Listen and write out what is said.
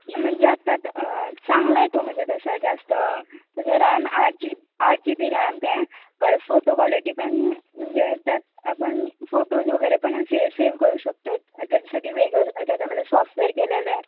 म्हणजे आत्ता चांगला आहे तो म्हणजे तसं जास्त त्याचा रॅम आठ जी आठ जी बी रॅम्प आहे परत फोटो क्वालिटी पण म्हणजे त्यात आपण फोटोज वगैरे पण असे सेव्ह करू शकताे आहे त्याच्यासाठी वेगळं त्याच्यामध्ये सॉफ्टवेअर केलेलं आहे